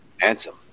Handsome